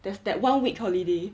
there's that one week holiday